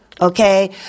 Okay